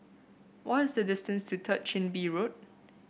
what is the distance to Third Chin Bee Road